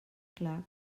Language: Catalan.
clar